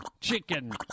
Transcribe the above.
chicken